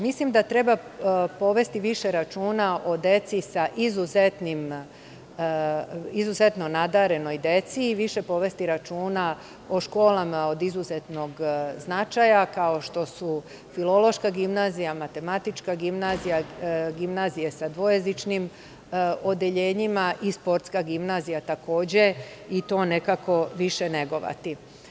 Mislim da treba povesti više računa o izuzetno nadarenoj deci i više povesti računa o školama od izuzetnog značaja, kao što su Filološka gimnazija, Matematička gimnazija, gimnazija sa dvojezičnim odeljenjima i Sportska gimnazija takođe i to nekako više negovati.